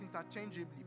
interchangeably